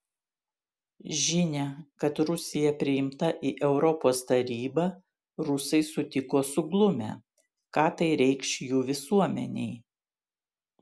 žinią kad rusija priimta į europos tarybą rusai sutiko suglumę ką tai reikš jų visuomenei